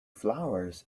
flowers